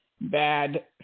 bad